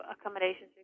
accommodations